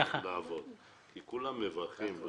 כולנו מברכים,